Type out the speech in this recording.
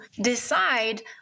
decide